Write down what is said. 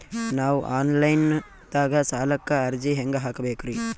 ನಾವು online ದಾಗ ಸಾಲಕ್ಕ ಅರ್ಜಿ ಹೆಂಗ ಹಾಕಬೇಕ್ರಿ?